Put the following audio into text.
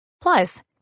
Plus